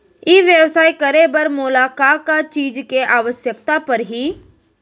ई व्यवसाय करे बर मोला का का चीज के आवश्यकता परही?